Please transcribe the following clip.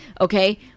Okay